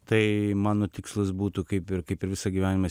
tai mano tikslas būtų kaip ir kaip ir visą gyvenimą